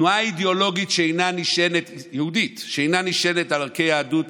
תנועה אידיאולוגית יהודית שאינה נשענת על ערכי היהדות,